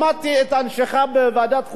שמעתי את אנשיך בוועדת החוקה,